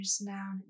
now